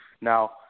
Now